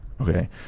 Okay